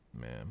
Man